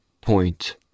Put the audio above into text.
point